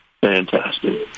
fantastic